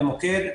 למוקד,